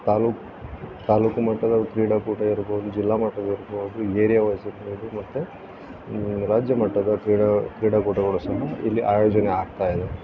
ತಾಲ್ಲೂಕು ತಾಲ್ಲೂಕು ಮಟ್ಟದ ಕ್ರೀಡಾಕೂಟ ಇರ್ಬೋದು ಜಿಲ್ಲಾ ಮಟ್ಟದ್ದು ಇರ್ಬೋದು ಏರಿಯಾ ವೈಸ್ ಇರ್ಬೋದು ಮತ್ತೆ ರಾಜ್ಯಮಟ್ಟದ ಕ್ರೀಡಾ ಕ್ರೀಡಾಕೂಟಗಳು ಸಹ ಇಲ್ಲಿ ಆಯೋಜನೆ ಆಗ್ತಾಯಿದೆ